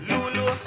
Lulu